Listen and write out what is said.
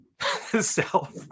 self